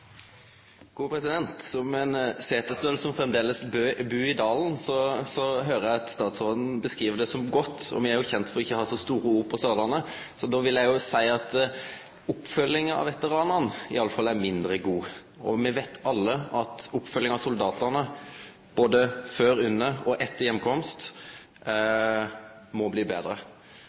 ein setesdøl som framleis bur i dalen, høyrer eg at statsråden beskriv budsjettet som godt. Me er jo kjende for ikkje å ha så store ord på Sørlandet, så då vil eg seie at oppfølginga av veteranane iallfall er mindre god. Me veit alle at oppfølginga av soldatane både før oppdrag, under oppdrag og etter heimkomst må bli betre.